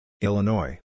Illinois